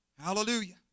Hallelujah